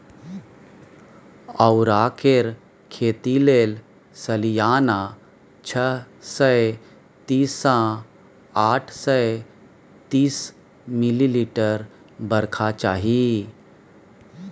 औरा केर खेती लेल सलियाना छअ सय तीस सँ आठ सय तीस मिलीमीटर बरखा चाही